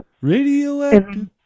Radioactive